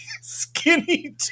skinny